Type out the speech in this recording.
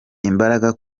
imbaraga